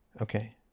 Okay